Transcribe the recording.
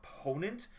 opponent